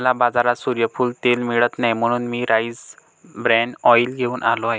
मला बाजारात सूर्यफूल तेल मिळत नाही म्हणून मी राईस ब्रॅन ऑइल घेऊन आलो आहे